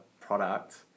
product